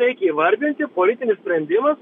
reikia įvardinti politinį sprendimą